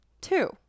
two